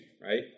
right